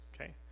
Okay